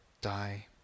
die